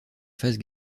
phase